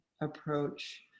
approach